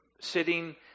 sitting